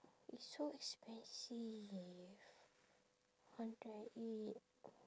it's so expensive hundred and eight